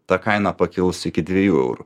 ta kaina pakils iki dviejų eurų